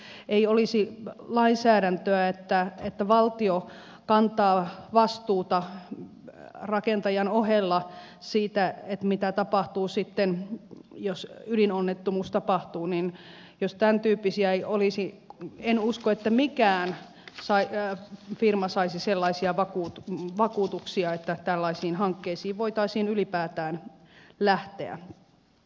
jos ei olisi lainsäädäntöä että valtio kantaa vastuuta rakentajan ohella siitä mitä tapahtuu sitten jos ydinonnettomuus tapahtuu jos tämäntyyppisiä ei olisi en usko että mikään firma saisi sellaisia vakuutuksia että tällaisiin hankkeisiin voitaisiin ylipäätään lähteä